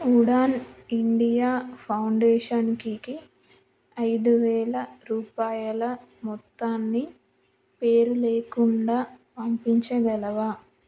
Udaan India ఫౌండేషన్కి ఐదు వేల రూపాయల మొత్తాన్నిపేరు లేకుండా పంపించగలవా